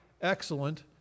excellent